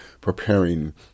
preparing